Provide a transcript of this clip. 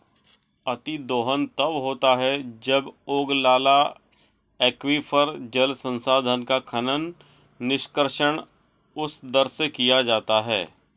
अतिदोहन तब होता है जब ओगलाला एक्वीफर, जल संसाधन का खनन, निष्कर्षण उस दर से किया जाता है